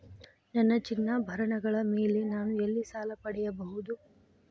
ನನ್ನ ಚಿನ್ನಾಭರಣಗಳ ಮೇಲೆ ನಾನು ಎಲ್ಲಿ ಸಾಲ ಪಡೆಯಬಹುದು?